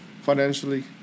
financially